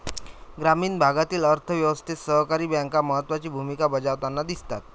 ग्रामीण भागातील अर्थ व्यवस्थेत सहकारी बँका महत्त्वाची भूमिका बजावताना दिसतात